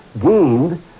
gained